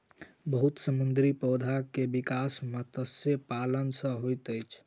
बहुत समुद्री पौधा के विकास मत्स्य पालन सॅ होइत अछि